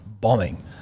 bombing